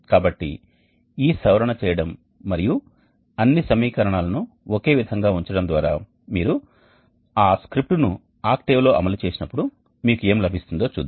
కాబట్టి ఈ సవరణ చేయడం మరియు అన్ని సమీకరణాలను ఒకే విధంగా ఉంచడం ద్వారా మీరు ఆ స్క్రిప్ట్ను ఆక్టేవ్ లో అమలు చేసినప్పుడు మీకు ఏమి లభిస్తుందో చూద్దాం